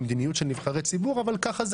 במדיניות של נבחרי ציבור אבל כך זה